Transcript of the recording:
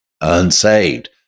unsaved